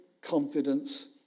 confidence